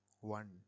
one